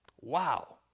Wow